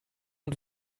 und